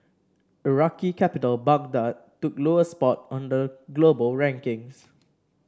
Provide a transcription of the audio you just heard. Iraqi capital Baghdad took lowest spot on the global rankings